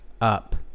up